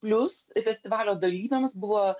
plius festivalio dalyviams buvo